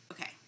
okay